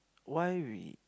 why we